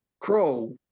Crow